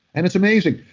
and, it's amazing.